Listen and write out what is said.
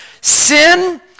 sin